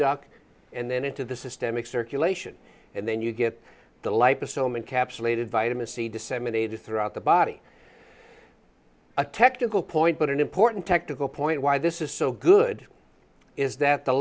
duck and then into the systemic circulation and then you get the leipus element capsulated vitamin c disseminated throughout the body a technical point but an important technical point why this is so good is that the